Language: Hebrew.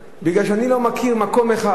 מפני שאני לא מכיר מקום אחד,